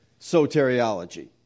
soteriology